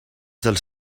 dels